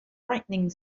frightening